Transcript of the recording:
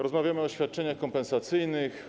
Rozmawiamy o świadczeniach kompensacyjnych.